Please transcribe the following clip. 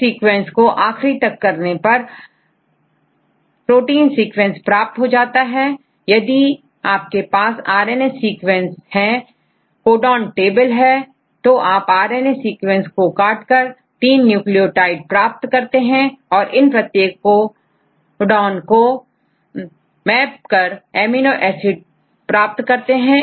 इस सीक्वेंस को आखरी तक करने पर प्रोटीन सीक्वेंस प्राप्त हो जाता है तो यदि आपके पास आरन ए सीक्वेंस है कोडॉन टेबल है तो आप आर एन ए सीक्वेंस को काटकर 3न्यूक्लियोटाइडप्राप्त करते हैं और इन प्रत्येक को डॉन को मैप कर एमिनो एसिड प्राप्त करते हैं